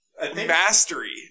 mastery